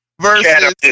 versus